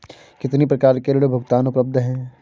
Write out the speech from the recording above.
कितनी प्रकार के ऋण भुगतान उपलब्ध हैं?